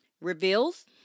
reveals